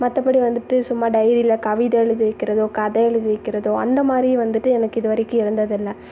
மற்றபடி வந்துவிட்டு சும்மா டைரியில் கவிதை எலுதி வைக்கிறதோ கதை எழுதி வைக்கிறதோ அந்தமாதிரி வந்துவிட்டு எனக்கு இதுவரைக்கும் எழுந்ததில்ல